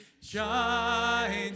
Shine